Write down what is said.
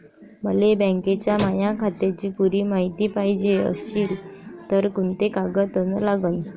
मले बँकेच्या माया खात्याची पुरी मायती पायजे अशील तर कुंते कागद अन लागन?